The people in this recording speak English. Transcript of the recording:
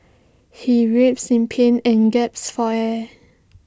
he writhed in pain and gaps for air